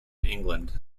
england